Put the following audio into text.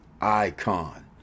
icon